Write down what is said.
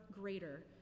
greater